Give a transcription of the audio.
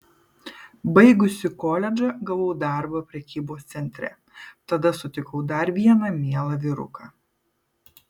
baigusi koledžą gavau darbą prekybos centre tada sutikau dar vieną mielą vyruką